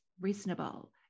reasonable